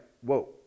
whoa